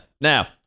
Now